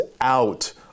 out